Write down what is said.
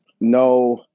No